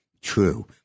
true